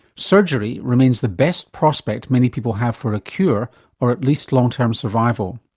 surgery remains the best prospect many people have for a cure or at least long-term survival.